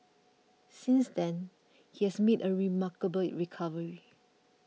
since then he has made a remarkable recovery